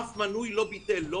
אף מנוי לא ביטל לא